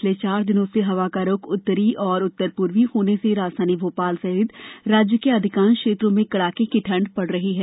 पिछले चार दिनों से हवा का रुख उत्तरी और उत्तर पूर्वी होने से राजधानी भोपाल सहित राज्य के अधिकांश क्षेत्रों में कड़ाके की ठंड पड़ रही है